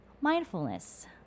Mindfulness